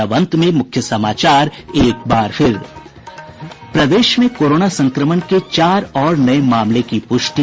और अब अंत में मुख्य समाचार प्रदेश में कोरोना संक्रमण के चार और नये मामले की पुष्टि